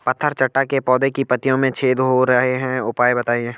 पत्थर चट्टा के पौधें की पत्तियों में छेद हो रहे हैं उपाय बताएं?